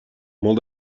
molt